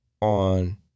on